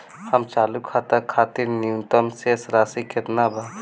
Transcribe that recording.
हमर चालू खाता खातिर न्यूनतम शेष राशि केतना बा?